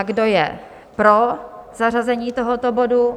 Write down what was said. Kdo je pro zařazení tohoto bodu?